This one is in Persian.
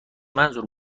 منظور